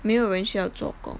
没有人须要做工